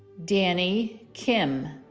danny kim